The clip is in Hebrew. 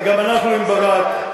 גם אנחנו עם ברק.